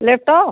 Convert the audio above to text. laptop